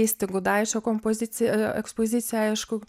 keisti gudaičio kompoziciją ekspoziciją aišku